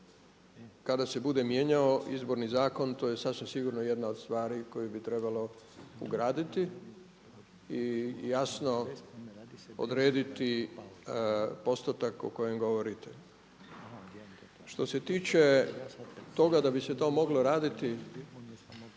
kada se bude mijenjao Izborni zakon to je sasvim sigurno jedna od stvari koje bi trebalo ugraditi i jasno odrediti postotak o kojem govorite. Što se tiče toga da bi se to moglo raditi